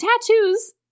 tattoos